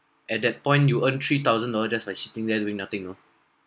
at that point you earn three thousand just by sitting there doing nothing you know